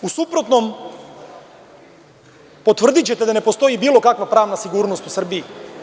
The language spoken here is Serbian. U suprotnom, potvrdićete da ne postoji bilo kakva pravna sigurnost u Srbiji.